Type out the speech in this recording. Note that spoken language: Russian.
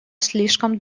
слишком